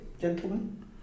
gentlemen